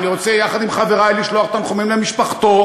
אני רוצה, יחד עם חברי, לשלוח תנחומים למשפחתו,